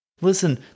Listen